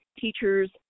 Teachers